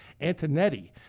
Antonetti